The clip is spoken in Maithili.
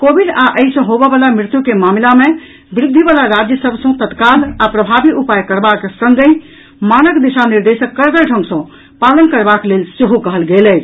कोविड आ एहि सँ होबय बला मृत्यु के मामिला मे वृद्धि वला राज्य सभ सँ तत्काल आ प्रभावी उपाय करबाक संगहि मानक दिशा निर्देशक कड़गर ढंग सँ पालन करबाक लेल सेहो कहल गेल अछि